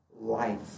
life